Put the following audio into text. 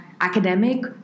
academic